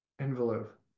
Envelope